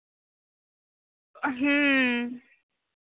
ᱦᱮᱸ